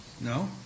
No